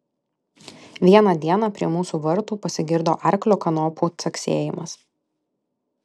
vieną dieną prie mūsų vartų pasigirdo arklio kanopų caksėjimas